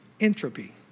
entropy